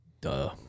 Duh